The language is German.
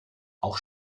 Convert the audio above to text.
auch